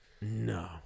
no